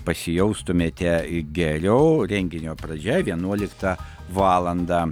pasijaustumėte geriau renginio pradžia vienuoliktą valandą